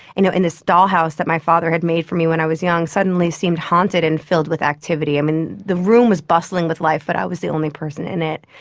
you know and this dollhouse that my father had made for me when i was young suddenly seemed haunted and filled with activity. um the room was bustling with life but i was the only person in it.